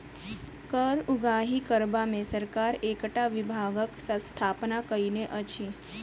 कर उगाही करबा मे सरकार एकटा विभागक स्थापना कएने अछि